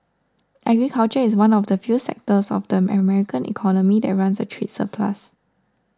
agriculture is one of the few sectors of the American economy that runs a trade surplus